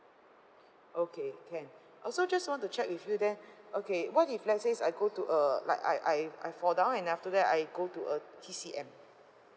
okay can also just want to check with you then okay what if let's says I go to a like I I I fall down and then after that I go to a T_C_M